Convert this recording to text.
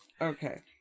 Okay